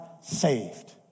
saved